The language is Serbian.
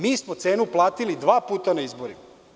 Mi smo cenu platili dva puta na izborima.